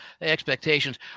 expectations